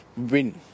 win